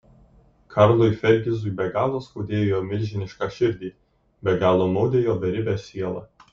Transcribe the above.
karlui fergizui be galo skaudėjo jo milžinišką širdį be galo maudė jo beribę sielą